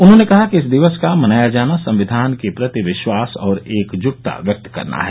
उन्होंने कहा कि इस दिवस का मनाया जाना संविधान के प्रति विश्वास और एकजुटता व्यक्त करना है